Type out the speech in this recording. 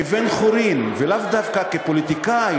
כבן-חורין ולאו דווקא כפוליטיקאי,